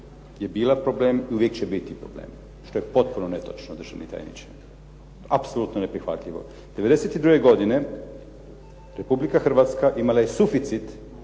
je bila problem i uvijek će biti problem.", što je potpuno netočno državni tajniče, apsolutno neprihvatljivo. 1992. godine Republika Hrvatska imala je suficit